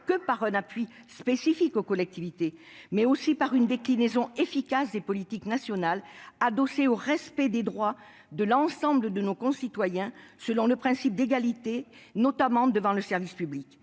que par un appui spécifique aux collectivités, elles passent aussi par une déclinaison efficace de politiques nationales adossées sur le respect des droits de l'ensemble de nos concitoyens, notamment au titre du principe d'égalité devant le service public.